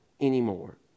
anymore